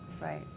Right